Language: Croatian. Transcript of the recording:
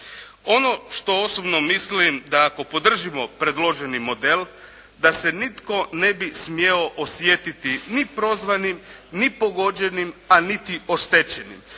Ono što osobno mislim da ako podržimo predloženi model, da se nitko ne bi smio osjetiti ni prozvanim, ni pogođenim, a niti oštećenim